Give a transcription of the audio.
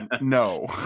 no